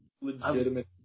Legitimate